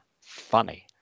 funny